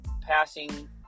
passing